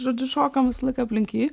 žodžiu šokam visą laiką aplink jį